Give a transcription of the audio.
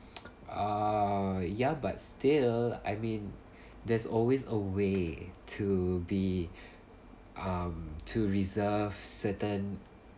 uh ya but still I mean there's always a way to be um to reserve certain